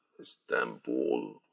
Istanbul